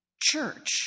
church